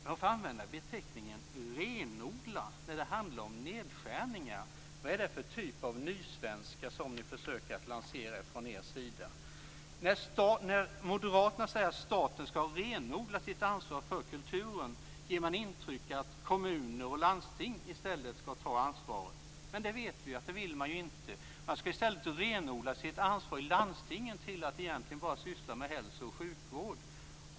Varför använda beteckningen "renodla" när det handlar om nedskärningar? Vad är det för typ av nysvenska som ni försöker att lansera från er sida? När Moderaterna säger att staten skall renodla sitt ansvar för kulturen ger man intryck av att kommuner och landsting i stället skall ta ansvaret. Men det vet vi ju att man inte vill. Man skall i stället renodla ansvaret också i landstingen, så att dessa egentligen bara skall syssla med hälso och sjukvård.